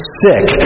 sick